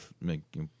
make